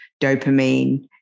dopamine